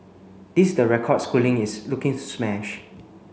this is the record Schooling is looking to smash